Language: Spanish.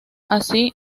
así